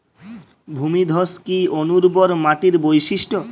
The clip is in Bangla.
ভূমিধস কি অনুর্বর মাটির বৈশিষ্ট্য?